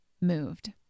moved